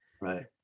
Right